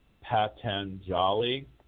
Patanjali